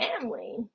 family